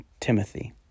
Timothy